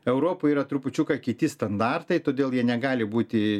europoj yra trupučiuką kiti standartai todėl jie negali būti